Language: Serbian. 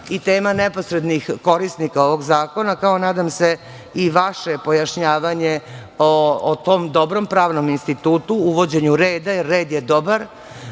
i tema neposrednih korisnika ovog zakona, kao nadam se i vaše pojašnjavanje o tom dobrom pravnom institutu, uvođenju reda. Red je dobar